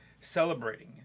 celebrating